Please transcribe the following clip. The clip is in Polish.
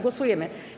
Głosujemy.